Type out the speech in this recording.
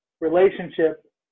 relationship